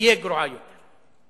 תהיה גרועה יותר.